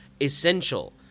essential